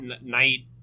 night